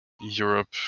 Europe